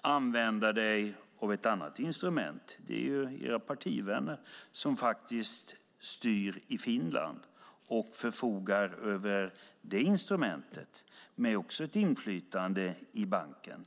använda dig av ett annat instrument, nämligen era partivänner som faktiskt styr i Finland och förfogar över det instrumentet, med ett inflytande i banken.